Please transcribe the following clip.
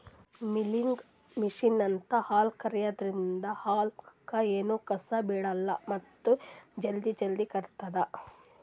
milking ಮಷಿನ್ಲಿಂತ್ ಹಾಲ್ ಕರ್ಯಾದ್ರಿನ್ದ ಹಾಲ್ದಾಗ್ ಎನೂ ಕಸ ಬಿಳಲ್ಲ್ ಮತ್ತ್ ಜಲ್ದಿ ಜಲ್ದಿ ಕರಿತದ್